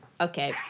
Okay